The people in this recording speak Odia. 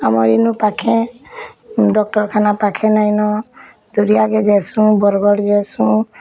ଆମର୍ ଇନୁ ପାଖେ ଡ଼କ୍ଟରଖାନା ପାଖେ ନାଇନ ଦୁରିଆକେ ଯାଇସୁଁ ବରଗଡ଼୍ ଯାଇସୁଁ